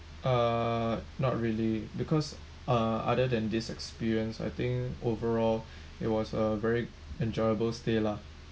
uh not really because uh other than this experience I think overall it was a very enjoyable stay lah